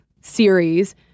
series